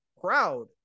proud